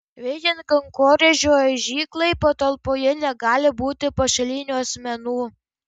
veikiant kankorėžių aižyklai patalpoje negali būti pašalinių asmenų